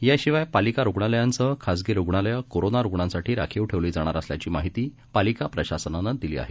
याशिवायपालिकारुग्णालयांसहखासगीरुग्णालयंकोरोनारुग्णांसाठीराखीवठेवलीजाणारअसल्याचीमाहितीपालिकाप्रशासनानंदिलीआहे